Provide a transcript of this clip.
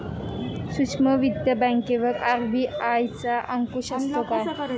सूक्ष्म वित्त बँकेवर आर.बी.आय चा अंकुश असतो का?